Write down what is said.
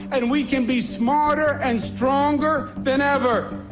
and we can be smarter and stronger than ever.